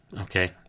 okay